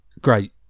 great